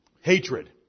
Hatred